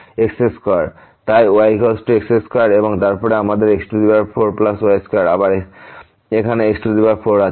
সুতরাং y x2 এবং তারপর আমাদের x4y2 আবার এখানে x4আছে